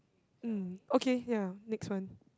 mm okay ya next one